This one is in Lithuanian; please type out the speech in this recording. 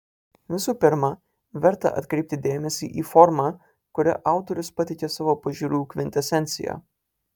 visų pirma verta atkreipti dėmesį į formą kuria autorius pateikia savo pažiūrų kvintesenciją